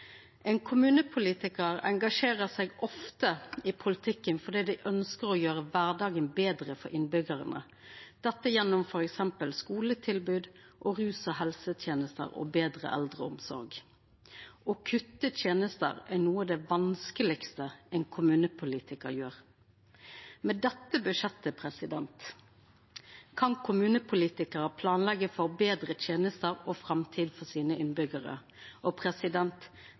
Ein kommunepolitikar engasjerer seg ofte i politikken fordi ein ønskjer å gjera kvardagen betre for innbyggjarane, gjennom f.eks. skuletilbod, rus- og helsetenester og betre eldreomsorg. Å kutta tenester er noko av det vanskelegaste ein kommunepolitikar gjer. Med dette budsjettet kan kommunepolitikarane planleggja for betre tenester og ei betre framtid for innbyggjarane sine.